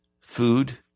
food